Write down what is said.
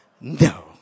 No